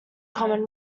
common